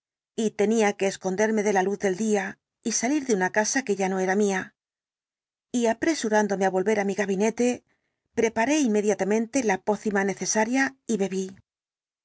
y tenía que esconderme de la luz del día y salir de una casa que ya no era mía y apresurándome á volver á mi gabinete preparé inmediatamente la pócima necesaria y bebí